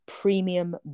premium